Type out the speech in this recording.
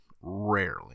rarely